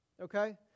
okay